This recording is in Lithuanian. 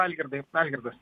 algirdai algirdas